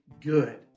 good